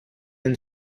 and